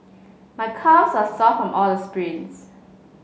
my calves are sore from all the sprints